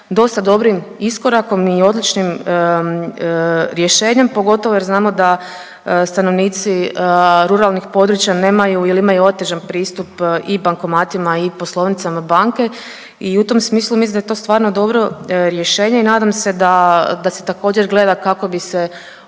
dosta dobrim iskorakom i odličnim rješenjem, pogotovo jer znamo da stanovnici ruralnih područja nemaju ili imaju otežan pristup i bankomatima i poslovnicama banke i u tom smislu mislim da je to stvarno dobro rješenje i nadam se da, da se također gleda kako bi se